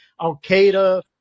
Al-Qaeda